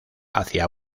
hacia